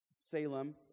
Salem